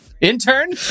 Intern